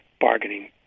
bargaining